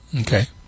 okay